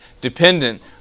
dependent